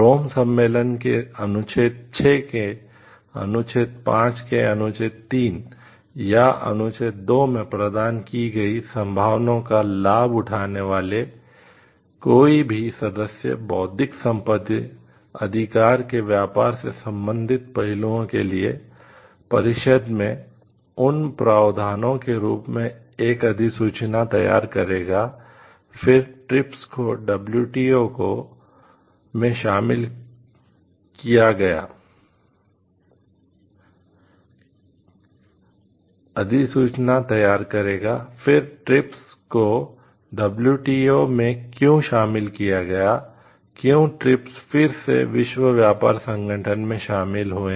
रोम में शामिल हुए